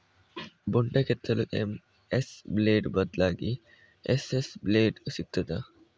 ಬೊಂಡ ಕೆತ್ತಲು MS blade ಬದ್ಲಾಗಿ ಎಸ್.ಎಸ್ ಬ್ಲೇಡ್ ಸಿಕ್ತಾದ?